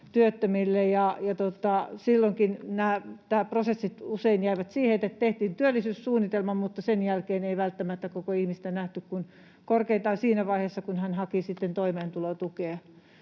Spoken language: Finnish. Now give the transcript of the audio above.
työttömille, ja silloinkin nämä prosessit usein jäivät siihen, että tehtiin työllisyyssuunnitelma, mutta sen jälkeen ei välttämättä koko ihmistä nähty kuin korkeintaan siinä vaiheessa, kun hän haki sitten toimeentulotukea,